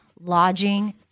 lodging